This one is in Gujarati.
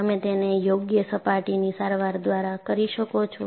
તમે તેને યોગ્ય સપાટીની સારવાર દ્વારા કરી શકો છો